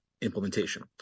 implementation